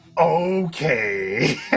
okay